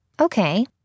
Okay